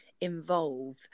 involve